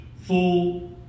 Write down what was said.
full